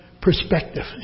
perspective